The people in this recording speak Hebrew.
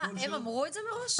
אה הם אמרו את זה מראש?